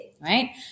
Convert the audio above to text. right